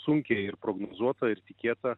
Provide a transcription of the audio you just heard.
sunkiai ir prognozuota ir tikėta